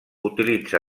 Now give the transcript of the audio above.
utilitza